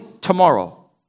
tomorrow